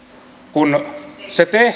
kun se tehtiin